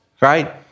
right